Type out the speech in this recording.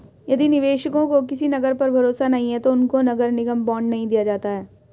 यदि निवेशकों को किसी नगर पर भरोसा नहीं है तो उनको नगर निगम बॉन्ड नहीं दिया जाता है